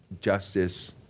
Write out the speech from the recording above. justice